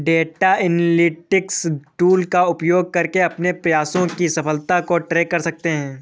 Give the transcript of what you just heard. data analytics tool का उपयोग करके अपने प्रयासों की सफलता को ट्रैक कर सकते है